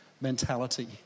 mentality